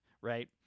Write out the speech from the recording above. right